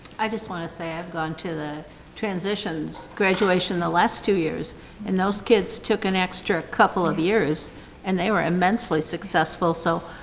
i just want to say that i've gone to the transitions graduation the last two years and those kids took an extra couple of years and they were immensely successful so,